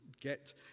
get